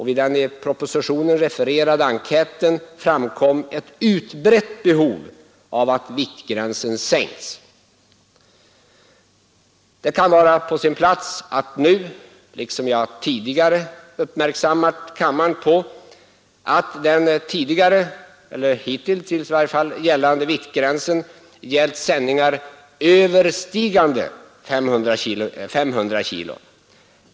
Vid den i propositionen refererade enkäten framkom ett utbrett behov av att viktgränsen sänks. Det kan vara på sin plats att nu — liksom jag gjort tidigare — uppmärksamma kammaren på att den hittillsvarande viktgränsen gällt sändningar överstigande 500 kg.